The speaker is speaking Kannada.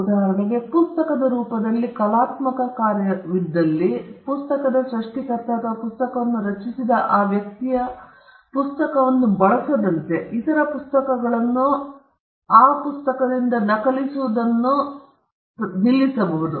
ಉದಾಹರಣೆಗೆ ಪುಸ್ತಕದ ರೂಪದಲ್ಲಿ ಕಲಾತ್ಮಕ ಕಾರ್ಯವಿದ್ದಲ್ಲಿ ಪುಸ್ತಕದ ಸೃಷ್ಟಿಕರ್ತ ಅಥವಾ ಪುಸ್ತಕವನ್ನು ರಚಿಸಿದ ವ್ಯಕ್ತಿಯ ಆ ಪುಸ್ತಕವನ್ನು ಬಳಸದಂತೆ ಇತರ ಪುಸ್ತಕಗಳನ್ನು ಆ ಪುಸ್ತಕದಿಂದ ನಕಲಿಸುವುದನ್ನು ನಿಲ್ಲಿಸಬಹುದು